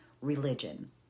religion